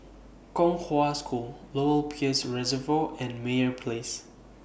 Kong Hwa School Lower Peirce Reservoir and Meyer Place